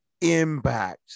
impact